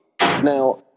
Now